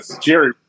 Jerry